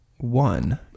One